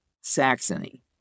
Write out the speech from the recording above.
Saxony